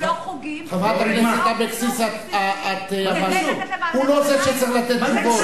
חברת הכנסת אבקסיס, הוא לא זה שצריך לתת תשובות.